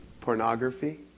pornography